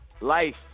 Life